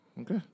Okay